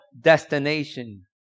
destination